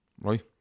right